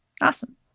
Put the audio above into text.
Awesome